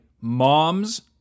mom's